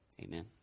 Amen